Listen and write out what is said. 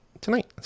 tonight